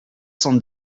cent